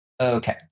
Okay